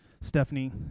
Stephanie